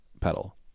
pedal